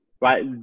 right